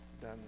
done